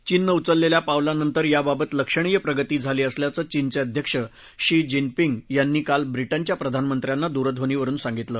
चीननं उचलेल्या पावलांनंतर याबाबत लक्षणीय प्रगती झाली असल्याचं चीनचे अध्यक्ष शी जिनपिंग यांनी काल ब्रिटनच्या प्रधानमंत्र्यांना दूरध्वनीवरुन सांगितलं